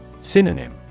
Synonym